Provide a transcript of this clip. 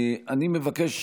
אני מבקש,